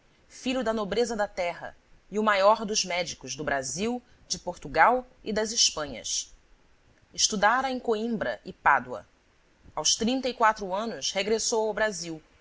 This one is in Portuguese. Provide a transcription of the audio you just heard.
filho da nobreza da terra e o maior dos médicos do brasil de portugal e das espanhas estudara em coimbra e pádua aos trinta e quatro anos regressou ao brasil